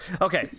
okay